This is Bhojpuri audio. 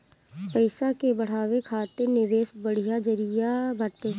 पईसा के बढ़ावे खातिर निवेश बढ़िया जरिया बाटे